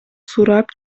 сурап